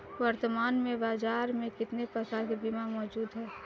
वर्तमान में बाज़ार में कितने प्रकार के बीमा मौजूद हैं?